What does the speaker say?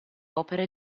opere